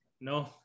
No